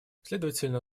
следовательно